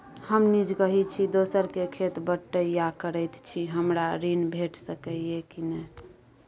हम निजगही छी, दोसर के खेत बटईया करैत छी, हमरा ऋण भेट सकै ये कि नय?